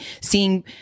seeing